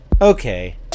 Okay